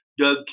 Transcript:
Doug